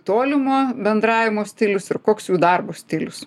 tolimo bendravimo stilius ir koks jų darbo stilius